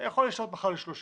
יכול להשתנות מחר ל-30.